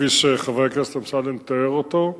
כפי שחבר הכנסת אמסלם תיאר אותו.